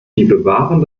bewahren